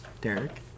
Derek